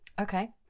Okay